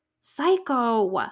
Psycho